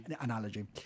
analogy